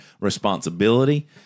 responsibility